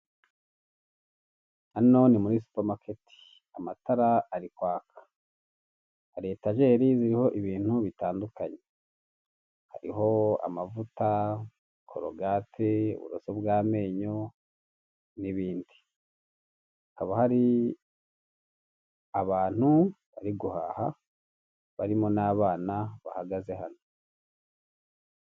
Hano ni muri supamaketi. Amatara ari kwaka. Hari etajeri ziriho ibintu bitandukanye. Hariho amavuta, corogate, uburoso bw'amenyo n'ibindi. Hakaba hari abantu bari guhaha barimo n'abana bahagaze hano.